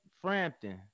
Frampton